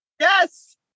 Yes